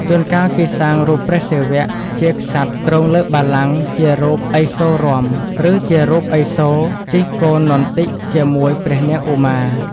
ជួនកាលគេសាងរូបព្រះសិវៈ ជាក្សត្រគ្រងលើបល្គ័ង្កជារូបឥសូររាំ ឬជារូបឥសូរេជិះគោនន្ទិជាមួយព្រះនាងឧមា។